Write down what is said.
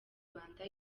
rwanda